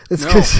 No